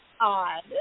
odd